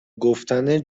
گفتن